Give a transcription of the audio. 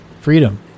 freedom